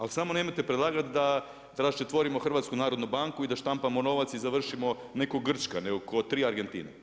Ali samo nemojte predlagati da raščetvorimo HNB i da štampamo novac i završimo ne kao Grčka nego kao tri Argentine.